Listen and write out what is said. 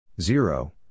Zero